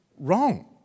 wrong